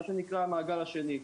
מה שנקרא המעגל השני.